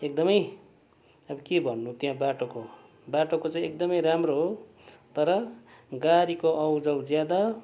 एकदमै अब के भन्नु त्यहाँ बाटोको बाटोको चाहिँ एकदमै राम्रो हो तर गाडीको आउ जाउ ज्यादा